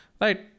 Right